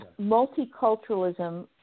multiculturalism